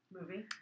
Movie